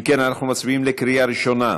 אם כן, אנחנו מצביעים בקריאה ראשונה,